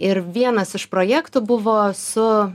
ir vienas iš projektų buvo su